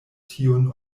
tiun